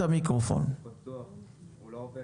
אני רק רוצה להגיד